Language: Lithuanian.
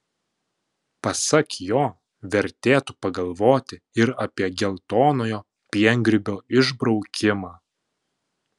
pasak jo vertėtų pagalvoti ir apie geltonojo piengrybio išbraukimą